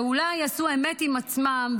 שאולי עשו אמת עם עצמם,